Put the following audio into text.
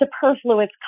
superfluous